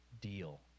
deal